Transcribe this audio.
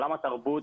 עולם התרבות